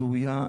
הראויה,